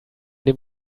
dem